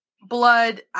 blood